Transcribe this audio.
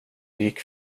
gick